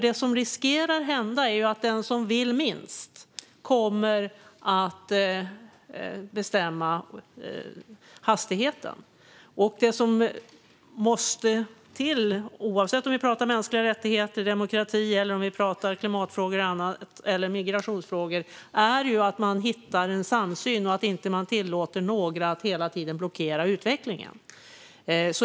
Det som riskerar att hända är att den som vill minst kommer att bestämma hastigheten. Det som måste till, oavsett om vi pratar om mänskliga rättigheter, demokrati, klimatfrågor, migrationsfrågor eller något annat, är att man hittar en samsyn och inte tillåter några att hela tiden blockera utvecklingen.